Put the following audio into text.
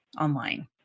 online